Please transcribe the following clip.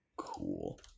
Cool